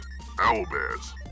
Owlbears